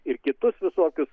ir kitus visokius